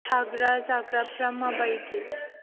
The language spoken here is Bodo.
थाग्रा जाग्राफ्रा माबायदि